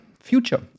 future